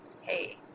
hey